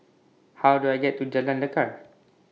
How Do I get to Jalan Lekar